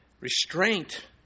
Restraint